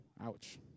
Ouch